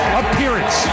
appearance